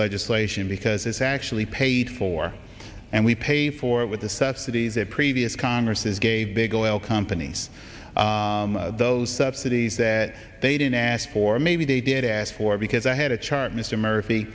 legislation because it's actually paid for and we pay for it with the sestak previous congresses gave big oil companies those subsidies that they didn't ask for maybe they didn't ask for because i had a chart mr murphy